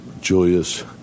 Julius